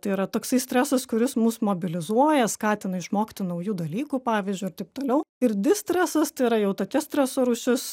tai yra toksai stresas kuris mus mobilizuoja skatina išmokti naujų dalykų pavyzdžiui ir taip toliau ir distresas tai yra jau tokia streso rūšis